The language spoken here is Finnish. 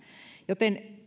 joten